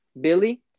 Billy